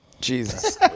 Jesus